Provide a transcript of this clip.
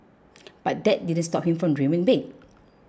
but that didn't stop him from dreaming big